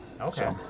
okay